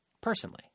personally